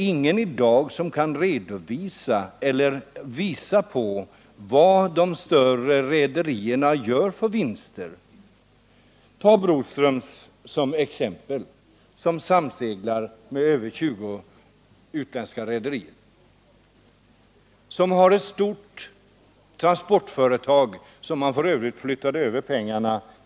Ingen kan i dag redovisa eller visa på vilka vinster de större rederierna gör. Ta såsom exempel Broströms, som samseglar med över 20 utländska rederier. Broströms har dessutom ett stort transportföretag utomlands.